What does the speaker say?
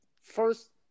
First